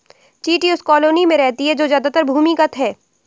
चींटी उस कॉलोनी में रहती है जो ज्यादातर भूमिगत है